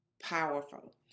powerful